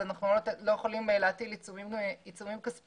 אז אנחנו לא יכולים להטיל עיצומים כספיים,